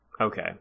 Okay